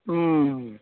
हूँ